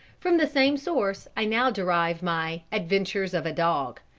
from the same source i now derive my adventures of a dog.